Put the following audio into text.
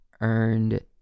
earned